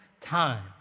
time